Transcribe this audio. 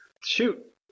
Shoot